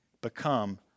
become